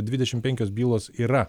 dvidešim penkios bylos yra